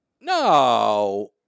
No